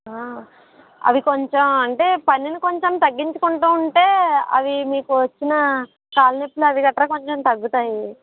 అవి కొంచెం అంటే పనిని కొంచెం తగ్గించుకుంటూ ఉంటే అవి మీకు వచ్చిన కాళ్ళ నొప్పులు అవి గట్రా కొంచెం తగ్గుతాయి